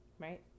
Right